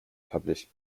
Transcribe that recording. published